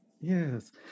Yes